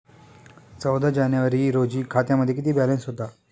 चौदा जानेवारी रोजी खात्यामध्ये किती बॅलन्स होता?